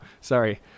Sorry